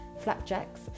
flapjacks